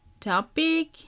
topic